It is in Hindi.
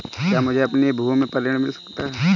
क्या मुझे अपनी भूमि पर ऋण मिल सकता है?